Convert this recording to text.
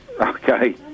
Okay